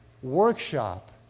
workshop